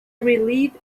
relieved